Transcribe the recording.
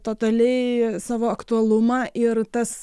totaliai savo aktualumą ir tas